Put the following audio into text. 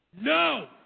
No